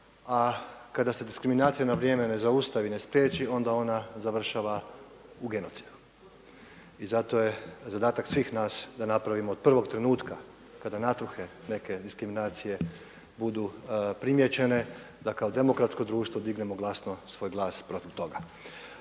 a kada se diskriminacija na vrijeme ne zaustavi, ne spriječi onda ona završava u genocidu. I zato je zadatak svih nas da napravimo od prvog trenutka kada …/Govornik se ne razumije./… neke diskriminacije budu primijećene da kao demokratsko društvo dignemo glasno svoj glas protiv toga.